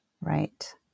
Right